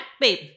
babe